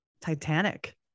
Titanic